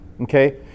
Okay